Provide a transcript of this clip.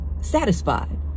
satisfied